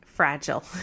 fragile